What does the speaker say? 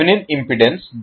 Thevenin impedance